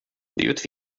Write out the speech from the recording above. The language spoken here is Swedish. det